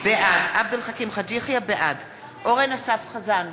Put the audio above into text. בעד אורן אסף חזן,